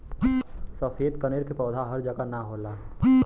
सफ़ेद कनेर के पौधा हर जगह ना होला